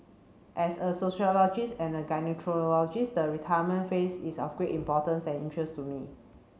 as a sociologist and a the retirement phase is of great importance and interest to me